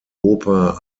oper